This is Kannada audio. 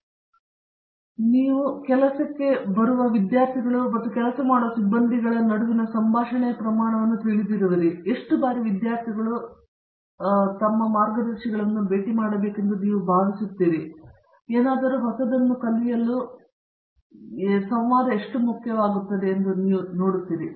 ಆದ್ದರಿಂದ ನೀವು ಏನು ಎಂದು ನೋಡುತ್ತೀರಿ ಅವರು ಬರುವ ಕೆಲಸದ ವಿದ್ಯಾರ್ಥಿಗಳು ಮತ್ತು ಕೆಲಸ ಮಾಡುವ ಸಿಬ್ಬಂದಿಗಳ ನಡುವಿನ ಸಂಭಾಷಣೆಯ ಪ್ರಮಾಣವನ್ನು ನೀವು ತಿಳಿದಿರುವಿರಿ ಎಷ್ಟು ಬಾರಿ ಅವರನ್ನು ಭೇಟಿ ಮಾಡಬೇಕೆಂದು ನೀವು ಭಾವಿಸುತ್ತೀರಿ ನಿಮಗೆ ಅದೇ ಸಮಯದಲ್ಲಿ ಯಾವುದಾದರೂ ಹೊಸದನ್ನು ಕಲಿಯಲು ಮಾಡಿ ಈ ಸಂವಾದ ಎಷ್ಟು ಮುಖ್ಯವಾಗುತ್ತದೆ ಎಂದು ನೀವು ಎಷ್ಟು ಬಾರಿ ನೋಡುತ್ತೀರಿ